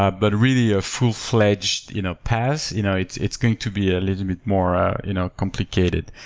ah but really a full fledged you know pass, you know it's it's going to be a little bit more ah you know complicated.